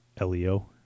LEO